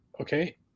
Okay